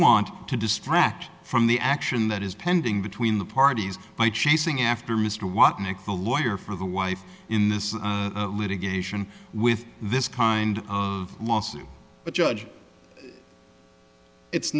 want to distract from the action that is pending between the parties by chasing after mr watt makes a lawyer for the wife in this litigation with this kind of lawsuit but judge it's